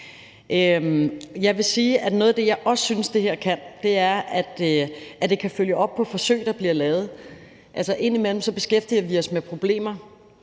Jeg vil sige, at noget af det, jeg også synes det her kan, er, at det kan følge op på forsøg, der bliver lavet. Altså, indimellem beskæftiger vi os med problemer